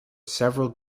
several